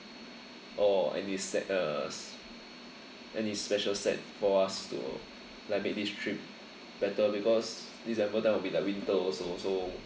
or any set uh any special set for us to like make this trip better because december then will be like winter also so